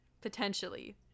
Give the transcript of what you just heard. potentially